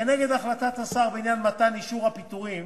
כנגד החלטת השר בעניין מתן אישור הפיטורים